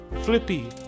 Flippy